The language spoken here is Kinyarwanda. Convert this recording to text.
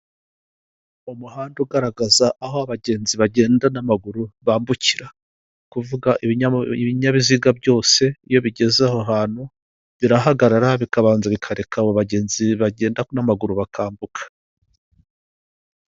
Umuhanda ugaragaza aho abagenzi bagenda n'amaguru bambukira, kuvuga ibinyabiziga byose iyo bigeze aho hantu birahagarara bikabanza bikareka abo bagenzi bagenda n'amaguru bakambuka.